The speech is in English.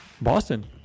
Boston